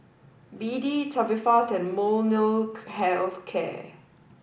B D Tubifast and Molnylcke Health Care